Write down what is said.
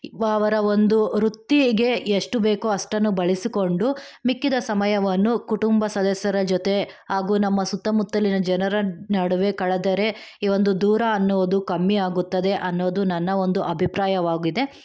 ಅವರ ಒಂದು ವೃತ್ತಿಗೆ ಎಷ್ಟು ಬೇಕೋ ಅಷ್ಟನ್ನು ಬಳಸಿಕೊಂಡು ಮಿಕ್ಕಿದ ಸಮಯವನ್ನು ಕುಟುಂಬ ಸದಸ್ಯರ ಜೊತೆ ಹಾಗೂ ನಮ್ಮ ಸುತ್ತಮುತ್ತಲಿನ ಜನರ ನಡುವೆ ಕಳೆದರೆ ಈ ಒಂದು ದೂರ ಅನ್ನುವುದು ಕಮ್ಮಿ ಆಗುತ್ತದೆ ಅನ್ನೋದು ನನ್ನ ಒಂದು ಅಭಿಪ್ರಾಯವಾಗಿದೆ